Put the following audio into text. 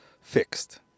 fixed